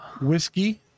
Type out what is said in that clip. whiskey